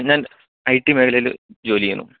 ഞാൻ I T മേഖലയിൽ ജോലി ചെയ്യുന്നു